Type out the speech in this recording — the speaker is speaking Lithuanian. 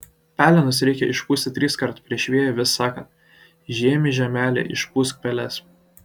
pelenus reikia išpūsti triskart prieš vėją vis sakant žiemy žiemeli išpūsk peles